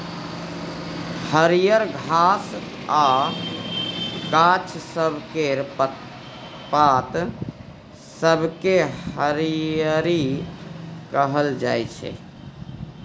हरियर घास आ गाछ सब केर पात सबकेँ हरियरी कहल जाइ छै